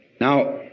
Now